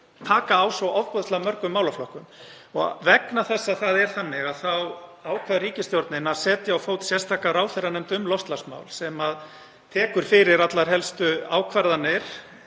taka á svo ofboðslega mörgum málaflokkum og vegna þess að það er þannig þá ákvað ríkisstjórnin að setja á fót sérstaka ráðherranefnd um loftslagsmál sem tekur fyrir allar helstu ákvarðanir